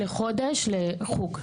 לחודש לחוג.